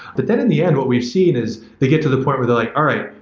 but then in the end what we've seen is they get to the point where they're like, all right,